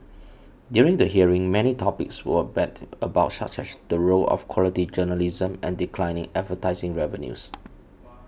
during the hearing many topics were bandied about such as the role of quality journalism and declining advertising revenues